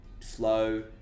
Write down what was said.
flow